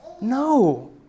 No